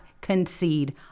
concede